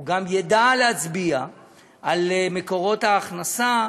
הוא גם ידע להצביע על מקורות ההכנסה,